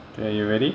okay you ready